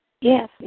Yes